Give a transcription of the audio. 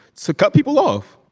so cut people off.